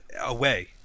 away